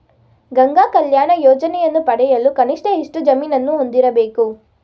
ಗಂಗಾ ಕಲ್ಯಾಣ ಯೋಜನೆಯನ್ನು ಪಡೆಯಲು ಕನಿಷ್ಠ ಎಷ್ಟು ಜಮೀನನ್ನು ಹೊಂದಿರಬೇಕು?